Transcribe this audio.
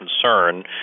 concern